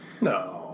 No